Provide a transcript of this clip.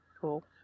Cool